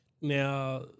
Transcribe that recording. Now